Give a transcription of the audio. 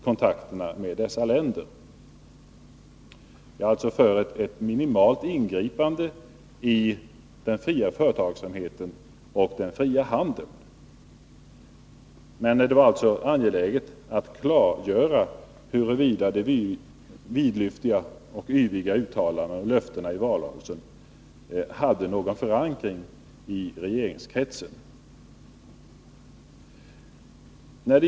Jag är alltså för ett minimalt ingripande i den fria företagsamheten och den fria handeln, men det var angeläget att klargöra huruvida de vidlyftiga och yviga uttalandena och löftena i valrörelsen hade någon förankring i regeringskretsen.